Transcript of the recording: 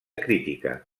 crítica